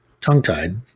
tongue-tied